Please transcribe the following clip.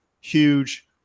huge